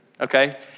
okay